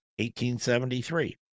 1873